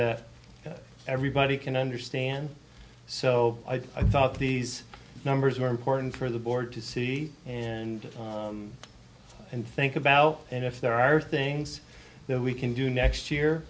that everybody can understand so i thought these numbers were important for the board to see and and think about and if there are things that we can do next year